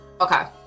Okay